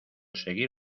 seguir